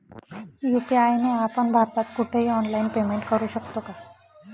UPI ने आपण भारतात कुठेही ऑनलाईन पेमेंट करु शकतो का?